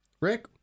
Rick